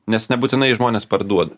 nes nebūtinai žmonės parduoda